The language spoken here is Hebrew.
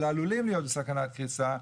אלא עלולים להיות בסכנת קריסה.